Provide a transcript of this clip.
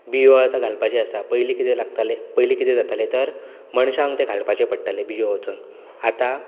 बिंयो आतां घालपाच्यो आसात पयलीं कितें लागतालें पयलीं कितें जातालें तर मनशाक ते घालपाचे पडटाले बिंयो वचून आतां